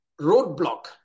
roadblock